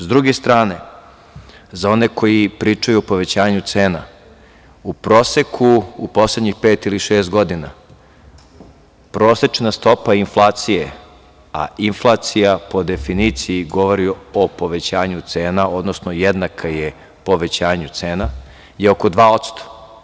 Sa druge strane, za one koji pričaju o povećanju cena, u proseku u poslednjih pet ili šest godina, prosečna stopa inflacije, a inflacija po definiciji govori o povećanju cena, odnosno jednaka je povećanju cena, je oko 2%